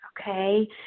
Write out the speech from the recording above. Okay